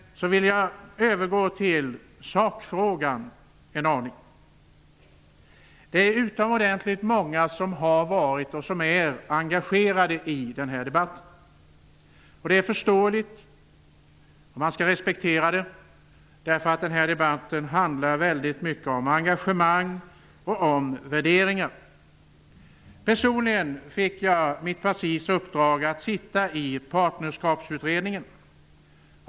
Jag övergår nu till sakfrågan. Det är utomordentligt många som har varit och som är engagerade i den här debatten. Det är förståeligt, och man skall respektera det, därför att debatten handlar mycket om engagemang och om värderingar. Personligen fick jag mitt partis uppdrag att sitta i Partnerskapsutredningen.